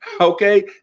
Okay